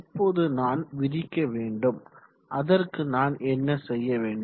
இப்போது நான் விரிக்க வேண்டும் அதற்கு நான் என்ன செய்ய வேண்டும்